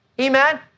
Amen